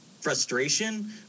frustration